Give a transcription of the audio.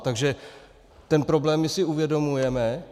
Takže ten problém my si uvědomujeme.